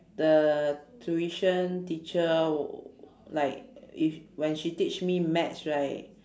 the tuition teacher w~ like if when she teach me maths right